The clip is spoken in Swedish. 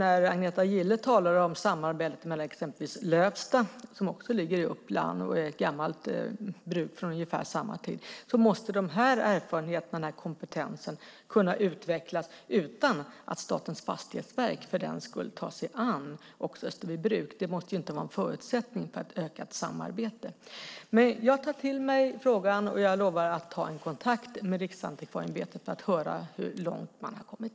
När Agneta Gille talar om samarbete med exempelvis Lövsta, ett gammalt bruk från ungefär samma tid, som också ligger i Uppland, måste de erfarenheterna och den kompetensen kunna utvecklas utan att Statens fastighetsverk för den skull tar sig an även Österbybruk. Det måste inte vara en förutsättning för ett ökat samarbete. Jag tar till mig frågan och lovar att ta kontakt med Riksantikvarieämbetet för att höra hur långt man har kommit.